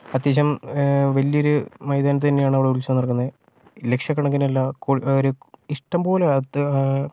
അത്യാവശ്യം വലിയൊരു മൈതാനത്ത് തന്നെയാണ് അവിടെ ഉത്സവം നടക്കുന്നത് ലക്ഷക്കണക്കിനല്ല ഒരു ഇഷ്ടം പോലെ അത്